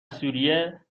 سوریه